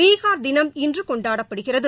பீகார் தினம் இன்று கொண்டாடப்படுகிறது